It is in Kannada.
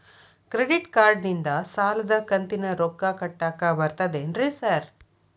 ಕ್ರೆಡಿಟ್ ಕಾರ್ಡನಿಂದ ಸಾಲದ ಕಂತಿನ ರೊಕ್ಕಾ ಕಟ್ಟಾಕ್ ಬರ್ತಾದೇನ್ರಿ ಸಾರ್?